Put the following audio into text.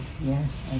yes